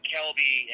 Kelby